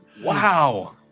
Wow